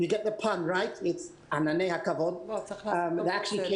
זה למעשה בא